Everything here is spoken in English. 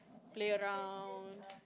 play around